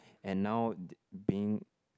and now being